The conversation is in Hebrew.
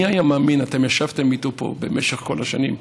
מי היה מאמין, אתם ישבתם איתו פה במשך כל השנים,